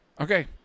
Okay